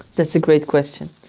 that's a great question.